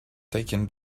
taken